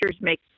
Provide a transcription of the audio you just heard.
make